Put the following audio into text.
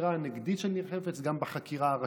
החקירה הנגדית של ניר חפץ,